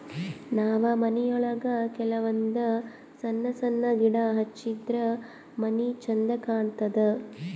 ನಾವ್ ಮನಿಯೊಳಗ ಕೆಲವಂದ್ ಸಣ್ಣ ಸಣ್ಣ ಗಿಡ ಹಚ್ಚಿದ್ರ ಮನಿ ಛಂದ್ ಕಾಣತದ್